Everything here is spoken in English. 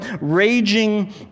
raging